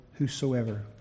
Whosoever